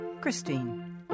Christine